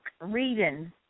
reading